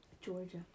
Georgia